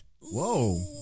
whoa